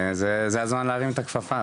זה הזמן להרים את הכפפה,